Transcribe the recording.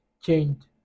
changed